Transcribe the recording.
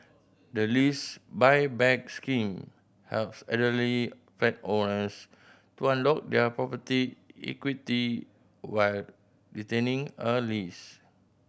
the Lease Buyback Scheme helps elderly flat owners to unlock their property equity while retaining a lease